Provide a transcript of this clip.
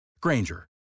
Granger